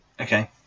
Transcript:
Okay